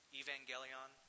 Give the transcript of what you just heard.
evangelion